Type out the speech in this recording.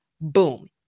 Boom